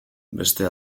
beste